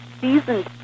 seasoned